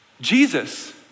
Jesus